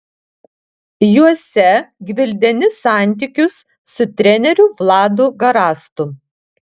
juose gvildeni santykius su treneriu vladu garastu